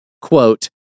quote